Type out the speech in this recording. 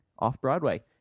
Off-Broadway